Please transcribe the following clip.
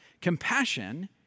Compassion